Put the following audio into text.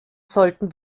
sollten